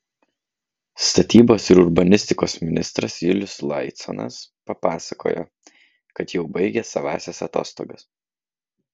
statybos ir urbanistikos ministras julius laiconas papasakojo kad jau baigė savąsias atostogas